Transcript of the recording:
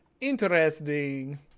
interesting